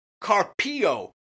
Carpio